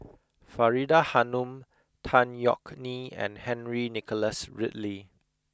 Faridah Hanum Tan Yeok Nee and Henry Nicholas Ridley